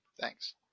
Thanks